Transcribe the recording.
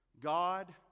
God